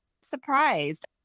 surprised